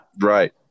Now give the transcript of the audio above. Right